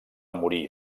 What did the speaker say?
morir